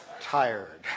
tired